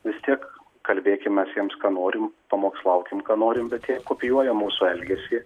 vis tiek kalbėkim mes jiems ką norim pamokslaukim ką norim bet jie kopijuoja mūsų elgesį